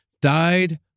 died